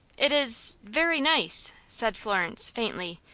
it is very nice, said florence, faintly,